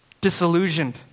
Disillusioned